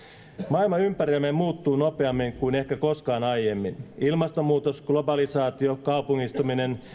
maailma ympärillämme muuttuu nopeammin kuin ehkä koskaan aiemmin ilmastonmuutos globalisaatio kaupungistuminen